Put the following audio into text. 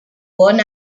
worn